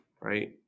right